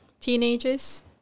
teenagers